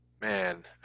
Man